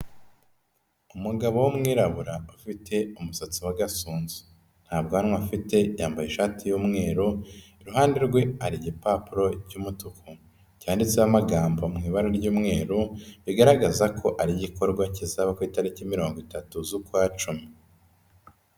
Umugabo wumwirabura, ufite umusatsi w'agasunzu. Ntabwanwa afite, yambaye ishati y'umweru, iruhande rwe hari igipapuro cy'umutuku, cyanditseho amagambo mu ibara ry'umweru, bigaragaza ko ari igikorwa kizaba ku itariki mirongo itatu z'ukwacumi.